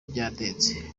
byandenze